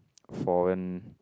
foreign